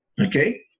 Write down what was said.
okay